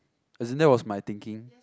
as in that was my thinking